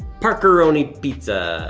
parkeroni pizza.